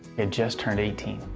and just turned eighteen.